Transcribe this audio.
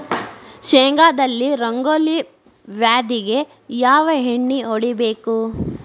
ಶೇಂಗಾದಲ್ಲಿ ರಂಗೋಲಿ ವ್ಯಾಧಿಗೆ ಯಾವ ಎಣ್ಣಿ ಹೊಡಿಬೇಕು?